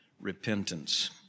repentance